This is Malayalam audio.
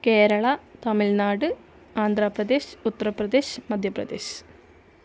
കേരളം തമിഴ്നാട് ആന്ധ്രപ്രദേശ് ഉത്തർപ്രദേശ് മധ്യപ്രദേശ്